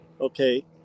okay